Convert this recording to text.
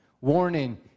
Warning